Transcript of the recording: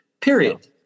Period